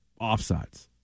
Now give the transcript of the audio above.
offsides